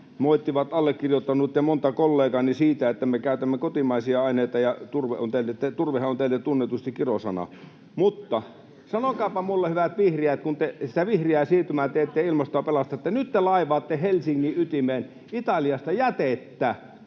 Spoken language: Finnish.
moittivat allekirjoittanutta ja montaa kollegaani siitä, että me käytämme kotimaisia aineita, ja turvehan on teille tunnetusti kirosana. Mutta sanokaapa minulle, hyvät vihreät, kun te sitä vihreää siirtymää teette ja ilmastoa pelastatte: Nyt te laivaatte Helsingin ytimeen Italiasta jätettä,